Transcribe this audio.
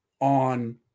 on